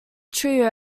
trio